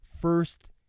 first